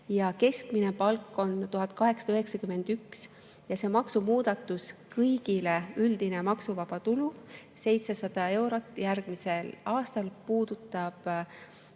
keskmine palk on 1891. See maksumuudatus kõigile, üldine maksuvaba tulu 700 eurot järgmisel aastal, puudutab